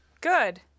Good